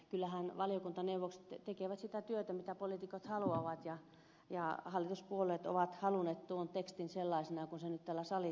kyllähän valiokuntaneuvokset tekevät sitä työtä mitä poliitikot haluavat ja hallituspuolueet ovat halunneet tuon tekstin sellaisena kuin se nyt täällä salissa on